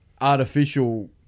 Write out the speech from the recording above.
artificial